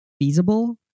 feasible